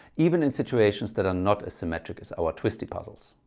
even in situations that are not as symmetric is our twisty puzzles.